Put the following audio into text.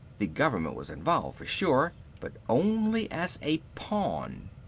the government was involved for sure but only as a pawn.